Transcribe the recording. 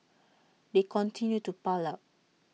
they continue to pile up